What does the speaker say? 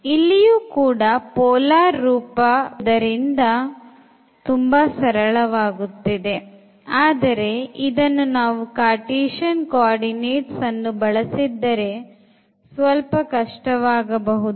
ಇಲ್ಲಿಯೂ ಕೂಡ polar ರೂಪ ಬಳಸುವುದರಿಂದ ತುಂಬಾ ಸರಳವಾಗುತ್ತದೆ ಆದರೆ ಇದನ್ನು ನಾವು cartesian coordinates ಅನ್ನು ಬಳಸಿದರೆ ಸ್ವಲ್ಪ ಕಷ್ಟವಾಗಬಹುದು